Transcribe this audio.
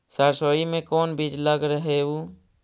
सरसोई मे कोन बीज लग रहेउ?